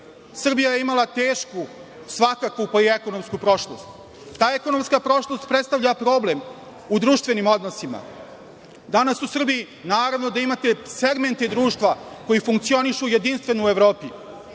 Srbija je imala tešku svakakvu, pa i ekonomsku prošlost. Ta ekonomska prošlost predstavlja problem u društvenim odnosima. Danas u Srbiji naravno da imate segmente društva koji funkcionišu jedinstveno u Evropi. Gospođo